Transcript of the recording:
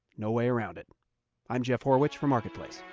no way around it i'm jeff horwich for marketplace